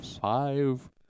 five